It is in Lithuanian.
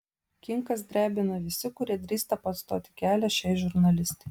kinkas drebina visi kurie drįsta pastoti kelią šiai žurnalistei